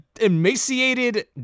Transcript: emaciated